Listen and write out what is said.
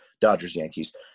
Dodgers-Yankees